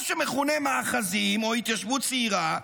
מה שמכונה מאחזים או התיישבות צעירה,